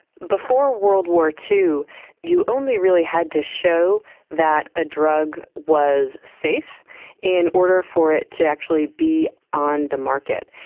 before world war ii you only really had to show that a drug was safe in order for it to actually be on the market.